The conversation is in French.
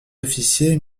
officiers